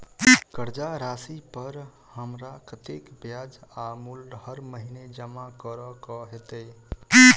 कर्जा राशि पर हमरा कत्तेक ब्याज आ मूल हर महीने जमा करऽ कऽ हेतै?